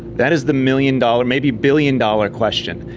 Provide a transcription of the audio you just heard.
that is the million-dollar maybe billion-dollar question.